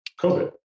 COVID